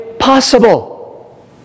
possible